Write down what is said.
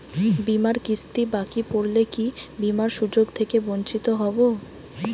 বিমার কিস্তি বাকি পড়লে কি বিমার সুযোগ থেকে বঞ্চিত হবো?